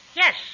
Yes